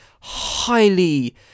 highly